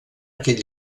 aquest